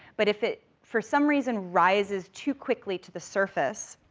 but if it, for some reason, rises too quickly to the surface,